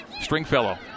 Stringfellow